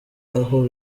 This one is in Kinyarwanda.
aho